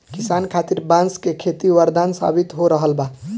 किसान खातिर बांस के खेती वरदान साबित हो रहल बा